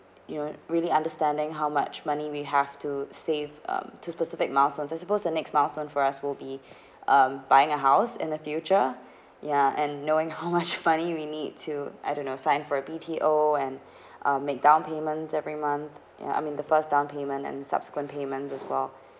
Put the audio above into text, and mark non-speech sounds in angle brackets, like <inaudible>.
you know really understanding how much money we have to save um to specific milestone I suppose the next milestone for us will be <breath> um buying a house in the future ya and knowing how much <laughs> money we need to I don't know sign for a B_T_O and <breath> um make down payments every month yeah I mean the first down payment and subsequent payment as well